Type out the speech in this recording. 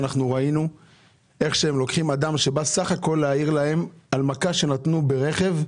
ראינו איך הם לוקחים אדם שבסך הכול בא להעיר להם על מכה שנתנו ברכב,